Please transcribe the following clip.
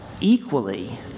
equally